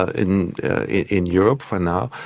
ah in in europe for now,